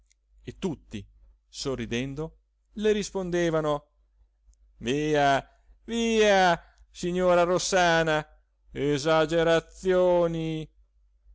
e tutti sorridendo le rispondevano via via signora rossana esagerazioni